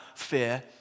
fear